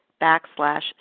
backslash